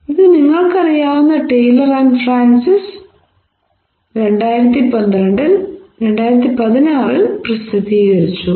ഇത് നിങ്ങൾക്കറിയാവുന്ന Taylor Francis 2016 ൽ പ്രസിദ്ധീകരിച്ചു